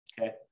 Okay